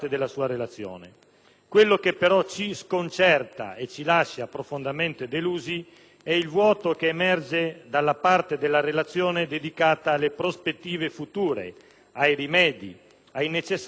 Quello che però ci sconcerta e ci lascia profondamente delusi è il vuoto che emerge dalla parte della relazione dedicata alle prospettive future, ai rimedi, ai necessari interventi.